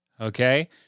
Okay